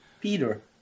Peter